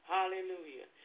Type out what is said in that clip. Hallelujah